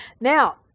Now